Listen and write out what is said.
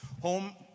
Home